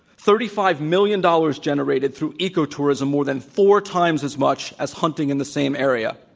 thirty-five million dollars generated through ecotourism more than four times as much as hunting in the same area.